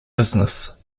business